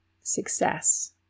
success